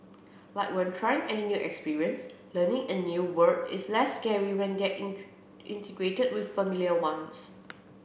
like when trying any new experience learning a new word is less scary when they are integrated with familiar ones